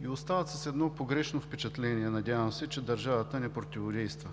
и остават с едно погрешно впечатление, надявам се, че държавата не противодейства.